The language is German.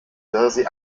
jersey